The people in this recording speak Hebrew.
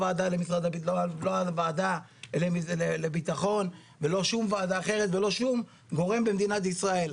לא הוועדה לביטחון ולא שום וועדה אחרת ולא שום גורם במדינת ישראל,